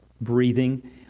breathing